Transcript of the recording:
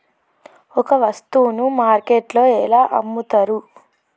ఒక వస్తువును మార్కెట్లో ఎలా అమ్ముతరు?